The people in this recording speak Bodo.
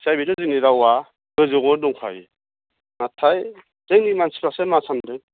जाय बिदि जोंनि रावआ गोजौआव दंखायो नाथाय जोंनि मानसिफ्रासो मा सानदों